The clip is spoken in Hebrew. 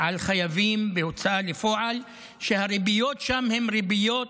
על חייבים בהוצאה לפועל, שהריביות שם הן ריביות